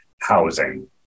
housing